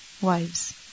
wives